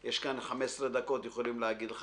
יש כאן 15 דקות, יכולים להגיד לך